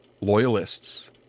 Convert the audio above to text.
loyalists